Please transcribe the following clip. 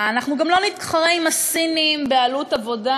אנחנו גם לא נתחרה בסינים בעלות העבודה.